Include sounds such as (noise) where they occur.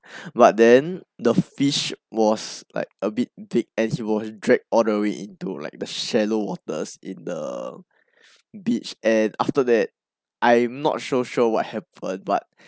but then the fish was like a bit big and he was dragged all the way into like the shallow waters in the (noise) beach and after that I'm not so sure what happened but